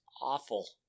Awful